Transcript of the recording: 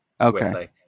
Okay